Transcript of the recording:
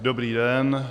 Dobrý den.